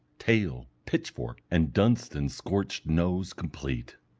tail, pitchfork, and dunstan-scorched nose complete.